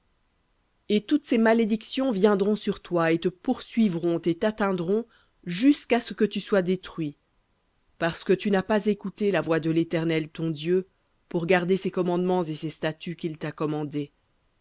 et toutes ces malédictions viendront sur toi et te poursuivront et t'atteindront jusqu'à ce que tu sois détruit parce que tu n'as pas écouté la voix de l'éternel ton dieu pour garder ses commandements et ses statuts qu'il t'a commandés